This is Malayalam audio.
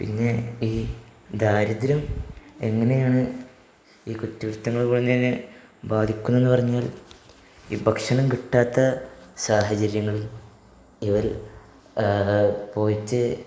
പിന്നെ ഈ ദാരിദ്ര്യം എങ്ങനെയാണ് ഈ കുറ്റകൃത്യങ്ങൾ കൊഞ്ഞേഞ്ഞെ ബാധിക്കുന്നുവെന്നു പറഞ്ഞാൽ ഈ ഭക്ഷണം കിട്ടാത്ത സാഹചര്യങ്ങൾ ഇവർ പോയിട്ട്